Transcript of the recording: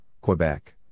Quebec